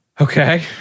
okay